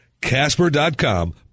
Casper.com